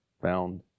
found